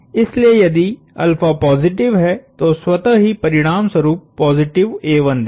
इसलिए यदि पॉजिटिव है तो स्वतः ही परिणामस्वरुप पॉजिटिव देगा